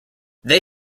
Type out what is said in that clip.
they